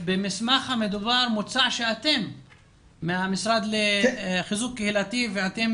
במסמך המדובר מוצע שאתם מהמשרד לחיזוק קהילתי ואתם